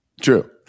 True